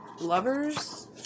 lovers